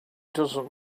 doesn’t